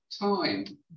time